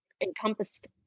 encompassed